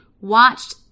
watched